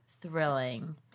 thrilling